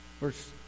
verse